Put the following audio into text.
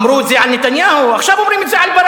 אמרו את זה על נתניהו,